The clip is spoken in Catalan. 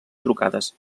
trucades